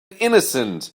innocent